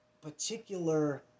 particular